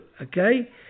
okay